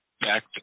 back